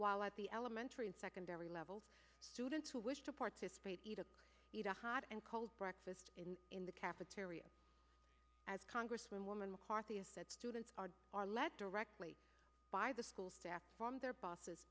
while at the elementary and secondary level students who wish to participate eat eat a hot and cold breakfast in the cafeteria as congresswoman mccarthy is that students are led directly by the school staff from their bosses